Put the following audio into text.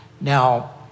Now